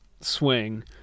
swing